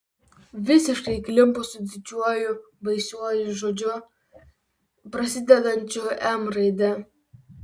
visiškai įklimpo su didžiuoju baisiuoju žodžiu prasidedančiu m raide